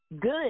good